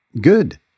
good